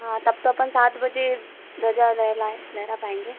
हाँ तब तो अपन सात बजे ध्वज लहरा लहरा पाएंगे